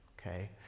Okay